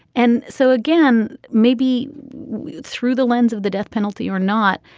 and so again maybe through the lens of the death penalty or not.